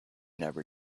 never